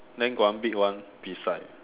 then got one big one beside